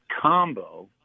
combo